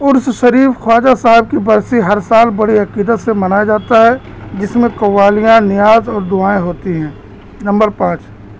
ار س شریف خواجہ صاحب کی برسی ہر سال بڑی عقیدت سے منایا جاتا ہے جس میں قوالیاں نیاز اور دعائیں ہوتی ہیں نمبر پانچ